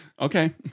Okay